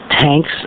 tanks